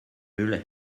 müll